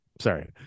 Sorry